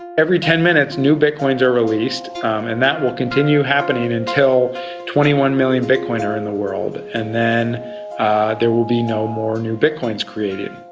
every ten minutes, new bitcoins are released and that will continue happening until twenty one million bitcoin are in the world. and then there will be no more new bitcoins created.